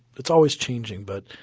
it's always changing. but